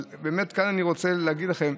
אבל באמת כאן אני רוצה להגיד לכם,